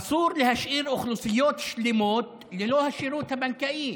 אסור להשאיר אוכלוסיות שלמות ללא השירות הבנקאי.